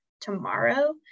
tomorrow